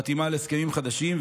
חתימה על הסכמים חדשים,